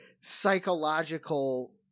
psychological